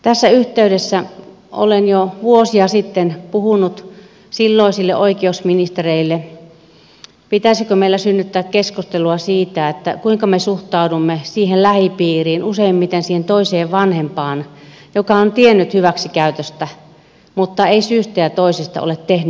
tässä yhteydessä olen jo vuosia sitten puhunut silloisille oikeusministereille pitäisikö meillä synnyttää keskustelua siitä kuinka me suhtaudumme siihen lähipiiriin useimmiten siihen toiseen vanhempaan joka on tiennyt hyväksikäytöstä mutta ei syystä tai toisesta ole tehnyt mitään